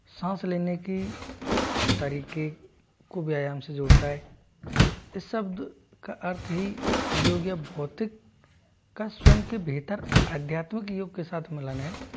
सांस लेने की तरीके को व्यायाम से जोड़ता है इस शब्द का अर्थ ही योग भौतिक का स्वयं के भीतर आध्यात्मिक योग के साथ मिलन है